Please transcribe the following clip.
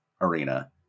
arena